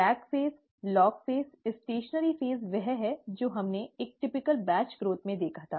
lag चरण log चरण stationary चरण वह है जो हमने एक विशिष्ट बैच विकास में देखा था